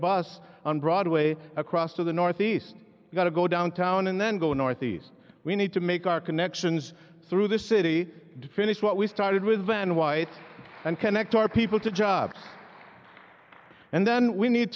bus on broadway across to the northeast got to go downtown and then go north east we need to make our connections through the city to finish what we started with vanna white and connect our people to jobs and then we need